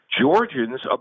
Georgians